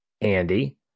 Andy